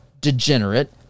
degenerate